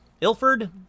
Ilford